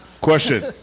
question